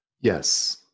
Yes